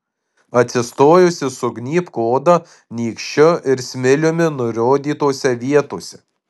atsistojusi sugnybk odą nykščiu ir smiliumi nurodytose vietose